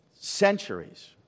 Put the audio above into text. Centuries